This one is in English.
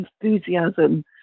enthusiasm